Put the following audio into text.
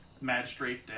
magistrate